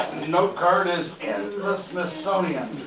note card is in the smithsonian!